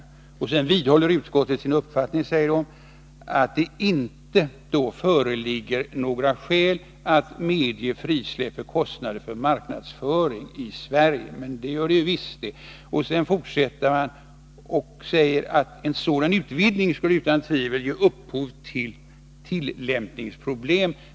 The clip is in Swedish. Utskottet vidhåller också sin uppfattning att det inte föreligger några skäl att medge Nr 113 frisläpp för vid taxeringen avdragsgilla kostnader för marknadsföring i Sverige. Men det gör det visst! Utskottet hävdar sedan att en sådan utvidgning utan tvivel skulle ge upphov till tillämpningsproblem.